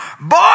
Boy